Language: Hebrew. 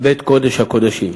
בית קודש הקודשים.